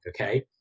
okay